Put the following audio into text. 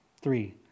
Three